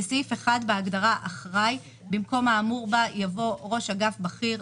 בסעיף 1 בהגדרה אחראי במקום האמור בה יבוא: ראש אגף בכיר,